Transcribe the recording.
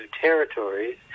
territories